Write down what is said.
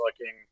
looking –